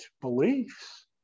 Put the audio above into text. beliefs